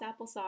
applesauce